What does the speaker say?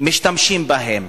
משתמשים בהם.